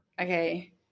Okay